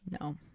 No